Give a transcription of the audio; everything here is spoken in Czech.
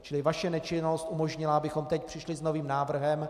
Čili vaše nečinnost umožnila, abychom teď přišli s novým návrhem.